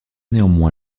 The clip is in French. néanmoins